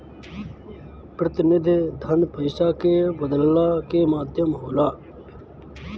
प्रतिनिधि धन पईसा के बदलला के माध्यम होला